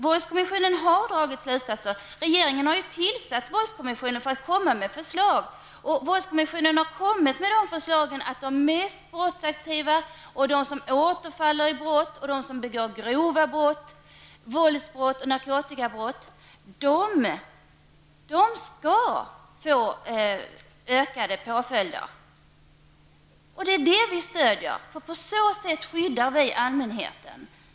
Våldskommissionen har dragit slutsatser. Regeringen har tillsatt våldskommissionen för att den skall komma med förslag och våldskommissionen har kommit med de förslagen att de mest brottsaktiva, de som återfaller i brott och de som begår grova brott, våldsbrott och narkotikabrott, skall få ökade påföljder. Det är detta vi stöder. På så sätt skyddar vi allmänheten.